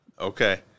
Okay